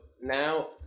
now